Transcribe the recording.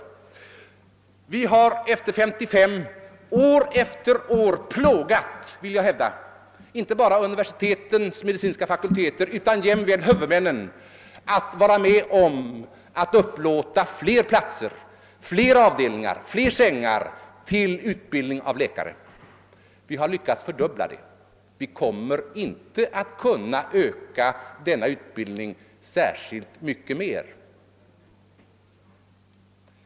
Jag vill hävda att vi efter 1955 år efter år plågat inte bara universitetens medicinska fakulteter utan också huvudmännen med uppmaningar att upplåta fler sängplatser och fler avdelningar för utbildning av läkare. Vi har lyckats fördubbla denna utbildning, men vi kommer inte att kunna öka den särskilt mycket mer.